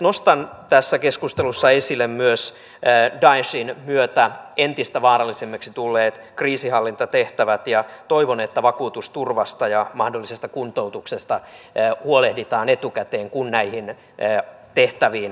nostan tässä keskustelussa esille myös daeshin myötä entistä vaarallisemmiksi tulleet kriisinhallintatehtävät ja toivon että vakuutusturvasta ja mahdollisesta kuntoutuksesta huolehditaan etukäteen kun näihin tehtäviin lähdetään